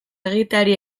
egiteari